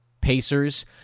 Pacers